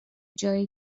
جایی